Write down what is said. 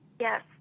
Yes